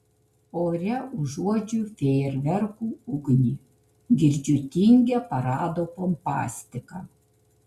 ore užuodžiu fejerverkų ugnį girdžiu tingią parado pompastiką